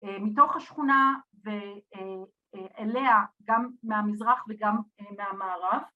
‫מתוך השכונה ואליה, ‫גם מהמזרח וגם מהמערב.